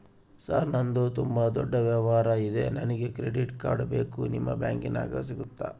Sir ನಂದು ತುಂಬಾ ದೊಡ್ಡ ವ್ಯವಹಾರ ಇದೆ ನನಗೆ ಕ್ರೆಡಿಟ್ ಕಾರ್ಡ್ ಬೇಕು ನಿಮ್ಮ ಬ್ಯಾಂಕಿನ್ಯಾಗ ಸಿಗುತ್ತಾ?